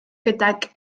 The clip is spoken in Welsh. gydag